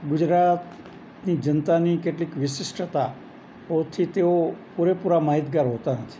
ગુજરાતની જનતાની કેટલીક વિશિષ્ટતાઓથી તેઓ પૂરેપૂરા માહિતગાર હોતા નથી